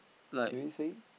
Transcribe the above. should we say